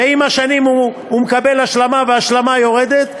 ועם השנים הוא מקבל השלמה וההשלמה יורדת,